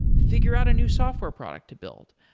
figure out a new software product to build.